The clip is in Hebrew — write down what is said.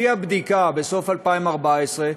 לפי הבדיקה, בסוף 2014,